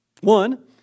One